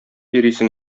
йөрисең